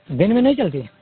दिन में नहीं चलती